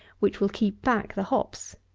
which will keep back the hops.